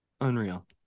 Unreal